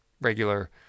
regular